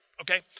okay